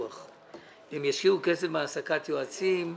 מבחינתנו אנחנו נשמח שהדברים האלה יוצמדו להוראות של בנק ישראל.